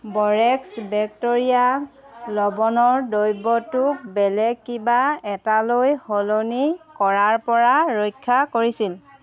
borax বেক্টেৰিয়াক লৱণৰ দ্ৰৱটোক বেলেগ কিবা এটালৈ সলনি কৰাৰ পৰা ৰক্ষা কৰিছিল